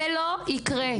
זה לא יקרה.